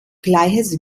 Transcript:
gleiches